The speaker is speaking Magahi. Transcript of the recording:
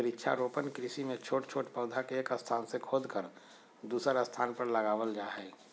वृक्षारोपण कृषि मे छोट छोट पौधा के एक स्थान से खोदकर दुसर स्थान पर लगावल जा हई